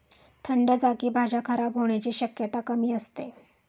थंड जागी भाज्या खराब होण्याची शक्यता कमी असते